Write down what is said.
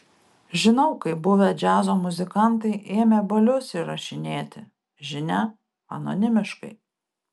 žinau kaip buvę džiazo muzikantai ėmė balius įrašinėti žinia anonimiškai